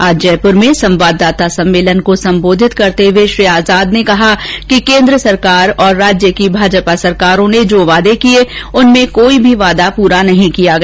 आज जयपूर में संवाददाता सम्मेलन को संबोधित करते हुए श्री आजाद ने कहा कि केंद्र सरकार और राज्य की भाजपा सरकारों ने जो वादे किये उनमें से कोई वादा पूरा नहीं किया गया